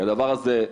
כי הדבר הזה,